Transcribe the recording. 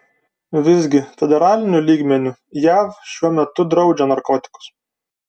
visgi federaliniu lygmeniu jav šiuo metu draudžia narkotikus